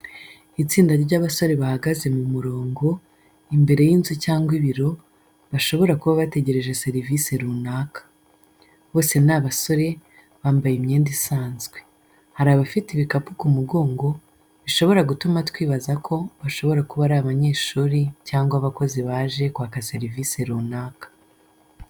Itsinda ry’abasore bahagaze mu murongo, imbere y’inzu cyangwa ibiro, bashobora kuba bategereje serivisi runaka. Bose ni abasore, bambaye imyenda isanzwe. Hari abafite ibikapu ku mugongo, bishobora gutuma twibaza ko bashobora kuba ari abanyeshuri cyangwa abakozi baje kwaka serivisi runaka.